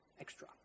extra